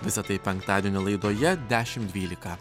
visa tai penktadienio laidoje dešimt dvylika